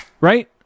right